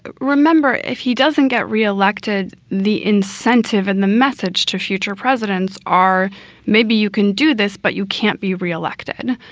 remember, if he doesn't get reelected, the incentive and the message to future presidents are maybe you can do this, but you can't be reelected.